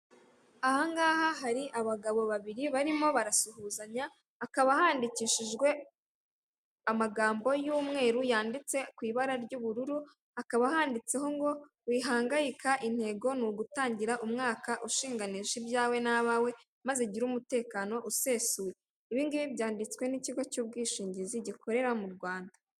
Ahangaha hari abagabo babiri barimo barasuhuzanya, hakaba handikishijwe amagambo y'umweru yanditse ku ibara ry'ubururu hakaba handitseho ngo wihangayika intego ni ugutangira umwaka ushinganisha ibyawe n'abawe maze ugirere umutekano usesuye ibingibi byanditswe n'ikigo cy'ubwishingizi gikorera mu rwanda.